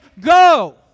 go